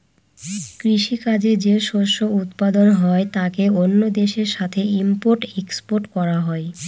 কৃষি কাজে যে শস্য উৎপাদন হয় তাকে অন্য দেশের সাথে ইম্পোর্ট এক্সপোর্ট করা হয়